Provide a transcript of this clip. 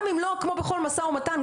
כמו בכל משא ומתן,